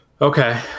Okay